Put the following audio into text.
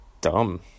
dumb